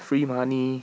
free money